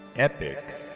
Epic